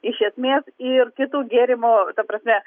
iš esmė ir kitų gėrimų ta prasme